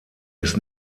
ist